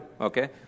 Okay